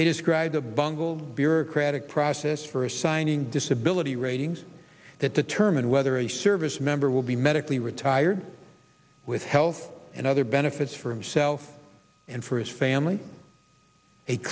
they describe the bungled bureaucratic process for assigning disability ratings that determine whether a service member will be medically retired with health and other benefits from self and for his family